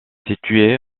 situé